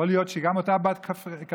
יכול להיות שגם אותה בת כפרי,